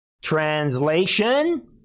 Translation